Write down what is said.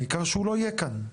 העיקר שהוא לא יהיה כאן,